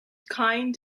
kind